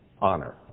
honor